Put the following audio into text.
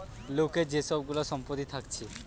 লোকের যে সব গুলা সম্পত্তি থাকছে